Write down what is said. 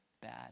bad